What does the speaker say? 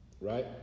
right